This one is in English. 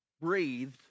breathed